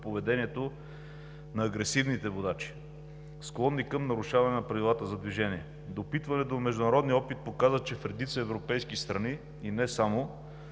поведението на агресивните водачи, склонни към нарушаване на правилата за движение. Допитване до международния опит показва, че в редица европейски страни, и не само,